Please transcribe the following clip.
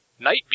Nightbeat